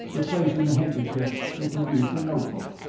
replacing the handkerchief, he produced a note-book.